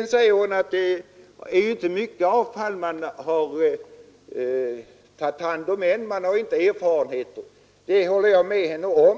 Nu säger fru Hambraeus att man ännu inte har tagit hand om så mycket avfall och att man därför saknar erfarenheter. Det håller jag med henne om.